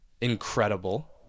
incredible